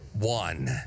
One